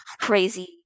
Crazy